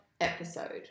episode